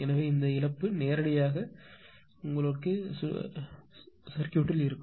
எனவே இந்த இழப்பு நேரடி அச்சாக சுற்றில் இருக்கும்